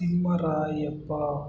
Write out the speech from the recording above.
Thimmarayappa